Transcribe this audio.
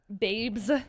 babes